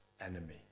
enemy